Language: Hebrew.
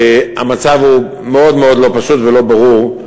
המצב הוא מאוד מאוד לא פשוט ולא ברור,